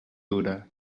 dura